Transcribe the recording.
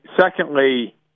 secondly